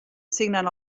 signen